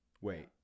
Wait